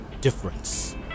difference